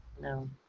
No